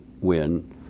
win